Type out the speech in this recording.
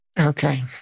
Okay